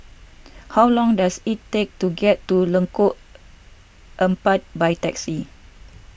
how long does it take to get to Lengkong Empat by taxi